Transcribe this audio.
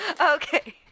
Okay